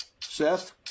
Seth